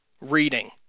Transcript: reading